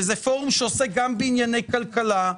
וזה פורום שעוסק גם בענייני כלכלה,